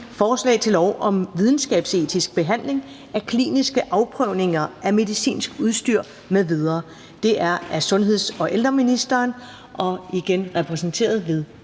Forslag til lov om videnskabsetisk behandling af kliniske afprøvninger af medicinsk udstyr m.v. Af sundheds- og ældreministeren (Magnus Heunicke).